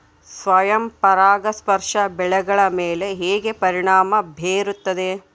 ಸ್ವಯಂ ಪರಾಗಸ್ಪರ್ಶ ಬೆಳೆಗಳ ಮೇಲೆ ಹೇಗೆ ಪರಿಣಾಮ ಬೇರುತ್ತದೆ?